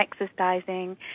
exercising